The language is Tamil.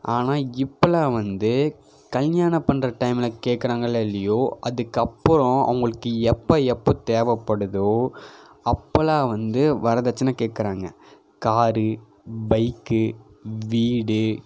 ஆனால் இப்பெல்லாம் வந்து கல்யாண பண்ணுற டைமில் கேட்கறாங்களே இல்லையோ அதுக்கப்புறம் அவங்களுக்கு எப்போ எப்போ தேவைப்படுதோ அப்பெல்லாம் வந்து வரதட்சண கேட்கறாங்க காரு பைக்கு வீடு